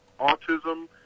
autism